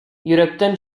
йөрәктән